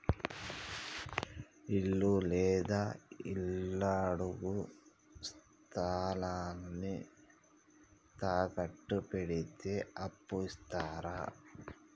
ఇల్లు లేదా ఇళ్లడుగు స్థలాన్ని తాకట్టు పెడితే అప్పు ఇత్తరా?